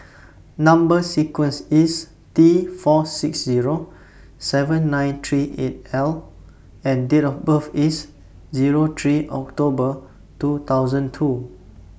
Number sequence IS T four six Zero seven nine three eight L and Date of birth IS Zero three October two thousand two